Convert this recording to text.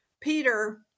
Peter